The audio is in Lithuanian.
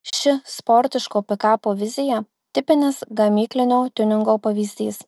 ši sportiško pikapo vizija tipinis gamyklinio tiuningo pavyzdys